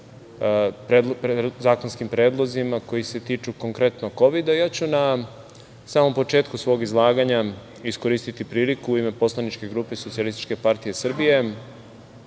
zakonskim predlozima koji se tiču konkretno Kovida ja ću na samom početku svog izlaganja iskoristiti priliku u ime poslaničke grupe SPS i uputiti apel